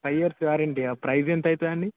five years వారంటీయా price ఎంత అయితదండి